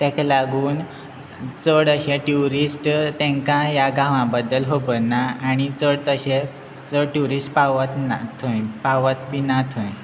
ते ताका लागून चड अशे ट्युरिस्ट तांकां ह्या गांवा बद्दल खबर ना आनी चड तशे चड ट्युरिस्ट पावत थंय पावत बी ना थंय